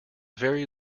very